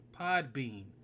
Podbean